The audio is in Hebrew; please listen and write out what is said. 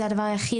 זהו הדבר היחיד,